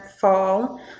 fall